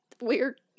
Weird